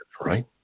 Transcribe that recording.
right